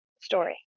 story